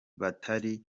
batari